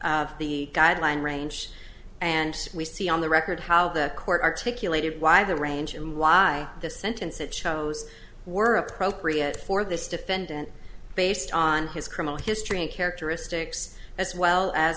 of the guideline range and we see on the record how the court articulated why the range and why the sentence it shows were appropriate for this defendant based on his criminal history and characteristics as well as